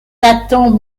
nathan